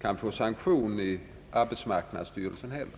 kan få sanktion i arbetsmarknadsstyrelsen heller.